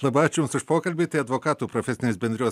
labai ačiū už pokalbį tai advokatų profesinės bendrijos